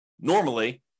normally